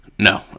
No